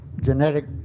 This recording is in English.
genetic